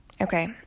okay